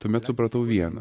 tuomet supratau viena